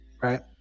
right